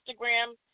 Instagram